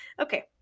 Okay